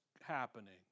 happening